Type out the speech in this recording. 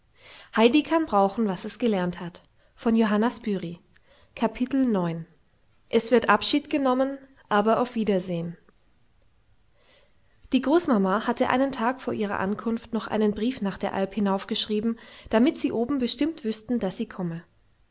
es wird abschied genommen aber auf wiedersehen die großmama hatte einen tag vor ihrer ankunft noch einen brief nach der alp hinauf geschrieben damit sie oben bestimmt wüßten daß sie komme